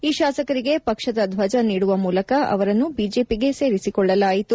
ಈ ಶಾಸಕರಿಗೆ ಪಕ್ಷದ ಧ್ವಜ ನೀಡುವ ಮೂಲಕ ಅವರನ್ನು ಬಿಜೆಪಿಗೆ ಸೇರಿಸಿಕೊಳ್ಳಲಾಯಿತು